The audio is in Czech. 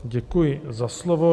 Děkuji za slovo.